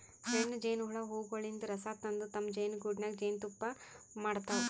ಹೆಣ್ಣ್ ಜೇನಹುಳ ಹೂವಗೊಳಿನ್ದ್ ರಸ ತಂದ್ ತಮ್ಮ್ ಜೇನಿಗೂಡಿನಾಗ್ ಜೇನ್ತುಪ್ಪಾ ಮಾಡ್ತಾವ್